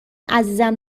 عزیزم